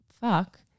fuck